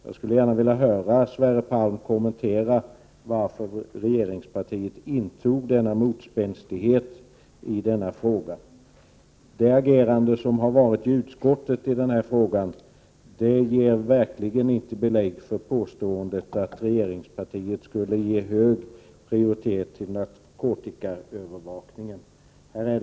Jag skulle gärna vilja höra Sverre Palm kommentera varför regeringspartiet visat denna motspänstighet. Regeringspartiets agerande i utskottet i denna fråga ger verkligen inte belägg för påståendet att det skulle ge narkotikaövervakningen hög prioritet.